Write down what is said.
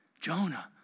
Jonah